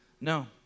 No